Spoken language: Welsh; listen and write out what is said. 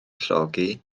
llogi